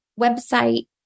website